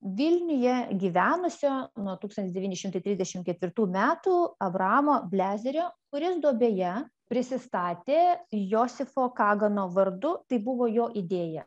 vilniuje gyvenusio nuo tūkstantis devyni šimtai trisdešim ketvirtų metų abraamo blezerio kuris duobėje prisistatė josifo kagano vardu tai buvo jo idėja